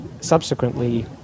subsequently